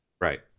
right